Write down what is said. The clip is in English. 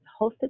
hosted